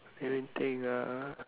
let me think ah